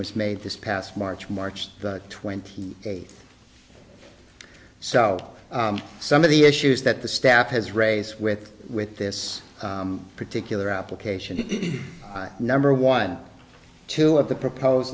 was made this past march march twenty eighth so some of the issues that the staff has raise with with this particular application number one or two of the propose